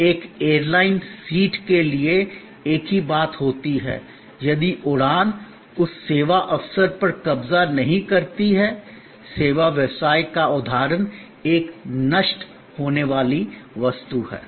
एक airline seat के लिए एक ही बात होती है यदि उड़ान उस सेवा अवसर पर कब्जा नहीं करती है सेवा व्यवसाय का उदाहरण एक नष्ट होने वाली वस्तु है